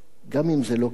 גם אם זה לא כדאי.